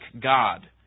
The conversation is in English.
God